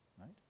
right